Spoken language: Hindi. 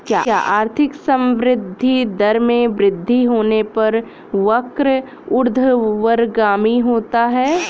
क्या आर्थिक संवृद्धि दर में वृद्धि होने पर वक्र ऊर्ध्वगामी होता है?